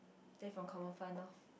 take from common fund loh